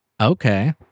Okay